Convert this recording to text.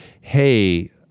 hey